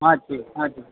હાજી હાજી